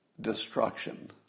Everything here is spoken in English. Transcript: destruction